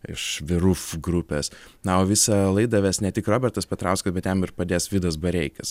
iš the roof grupės na o visą laidą ves ne tik robertas petrauskas bet jam ir padės vidas bareikis